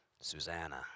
Susanna